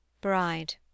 Bride